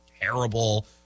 terrible